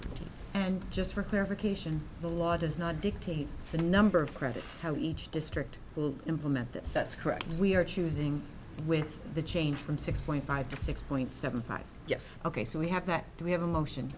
seventeen and just for clarification the law does not dictate the number of credits how each district will implement this that's correct we are choosing with the change from six point five to six point seven five yes ok so we have that we have a motion